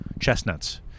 chestnuts